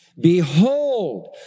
behold